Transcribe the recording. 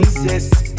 Yes